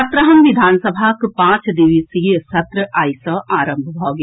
सत्रहम विधानसभाक पांच दिवसीय सत्र आइ सँ आरंभ भऽ गेल